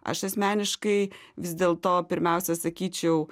aš asmeniškai vis dėl to pirmiausia sakyčiau